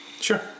Sure